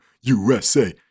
USA